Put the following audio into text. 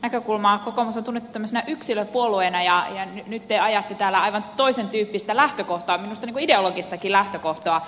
kokoomus on tunnettu yksilöpuolueena ja nyt te ajatte täällä aivan toisen tyyppistä lähtökohtaa minusta ideologistakin lähtökohtaa